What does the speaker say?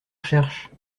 recherches